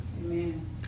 Amen